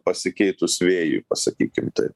pasikeitus vėjui pasakykim tai